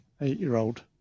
eight-year-old